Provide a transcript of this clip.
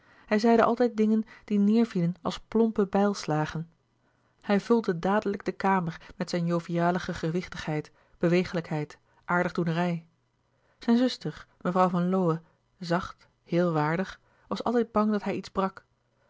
hij zeide altijd dingen die neêrvielen als plompe bijlslagen hij vulde dadelijk de kamer met zijn jovialige gewichtigheid bewegelijkheid aardig doenerij zijne zuster mevrouw van lowe zacht heel waardig was altijd bang dat hij iets